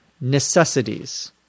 necessities